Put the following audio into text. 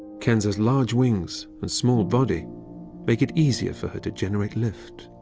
kenza's large wings and small body make it easier for her to generate lift.